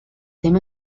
ddim